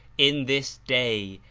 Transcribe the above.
in this day,